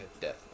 Death